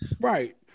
right